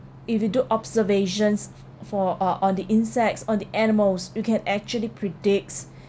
if you do observations for uh on the insects on the animals you can actually predicts